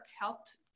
helped